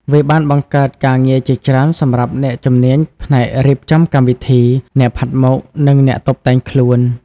វាបានបង្កើតការងារជាច្រើនសម្រាប់អ្នកជំនាញផ្នែករៀបចំកម្មវិធី អ្នកផាត់មុខ និងអ្នកតុបតែងខ្លួន។